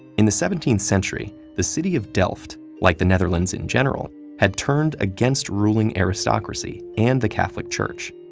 in the seventeenth century, the city of delft, like the netherlands in general, had turned against ruling aristocracy and the catholic church.